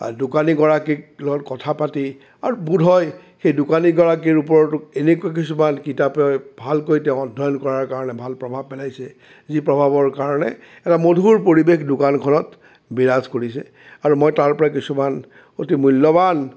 বা দোকানীগৰাকীৰ লগত কথা পাতি আৰু বোধহয় সেই দোকানীগৰাকীৰ ওপৰতো এনেকুৱা কিছুমান কিতাপে ভালকৈ তেওঁ অধ্যয়ন কৰাৰ কাৰণে ভাল প্ৰভাৱ পেলাইছে যি প্ৰভাৱৰ কাৰণে এটা মধুৰ পৰিৱেশ দোকানখনত বিৰাজ কৰিছে আৰু মই তাৰপৰাই কিছুমান অতি মূল্যৱান